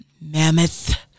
mammoth